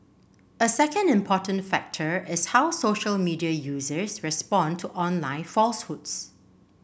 a second important factor is how social media users respond to online falsehoods